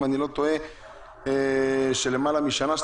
שהוא למעלה משנה,